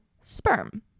sperm